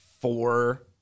four